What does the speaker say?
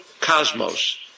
Cosmos